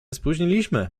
spóźniliśmy